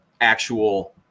actual